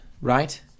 right